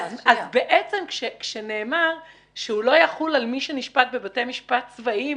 ובעצם כשנאמר שהוא לא יחול על מי שנשפט בבתי משפט צבאיים,